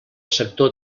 sector